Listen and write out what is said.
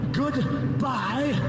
goodbye